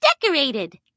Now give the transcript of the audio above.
decorated